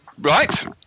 Right